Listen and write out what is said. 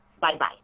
Bye-bye